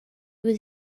was